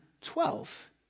twelve